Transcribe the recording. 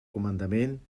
comandament